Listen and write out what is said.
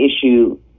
issue